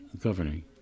governing